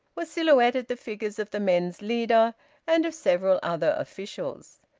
were silhouetted the figures of the men's leader and of several other officials.